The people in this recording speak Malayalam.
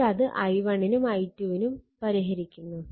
എന്നിട്ട് അത് i1 നും i2 വിനും പരിഹരിക്കുന്നു